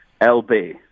LB